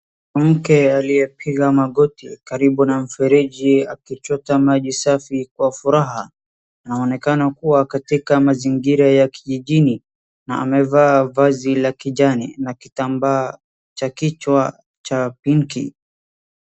Mke aliyepiga magoti karibu na mfereji akichota maji safi kwa furaha anaonekana kuwa katika mazingira ya kijijini na amevaa vazi la kijani na kitambaa cha kichwa cha pinki.